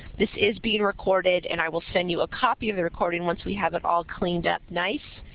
this is being recorded and i will send you a copy of the recording once we have it all cleaned up nice.